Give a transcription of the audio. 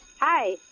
hi